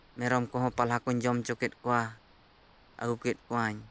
ᱢᱮᱨᱚᱢ ᱠᱚᱦᱚᱸ ᱯᱟᱞᱦᱟ ᱠᱚᱧ ᱡᱚᱢ ᱦᱚᱪᱚ ᱠᱮᱫ ᱠᱚᱣᱟ ᱟᱹᱜᱩ ᱠᱮᱫ ᱠᱚᱣᱟᱹᱧ